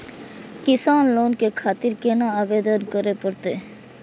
किसान लोन के खातिर केना आवेदन करें परतें?